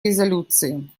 резолюции